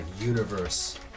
universe